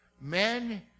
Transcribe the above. Men